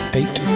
eight